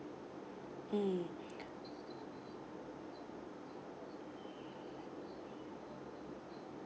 mm